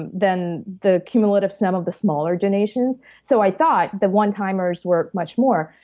and than the cumulative sum of the smaller donations. so, i thought, the one-timers were much more.